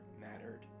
mattered